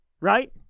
right